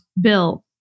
Bill